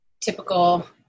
typical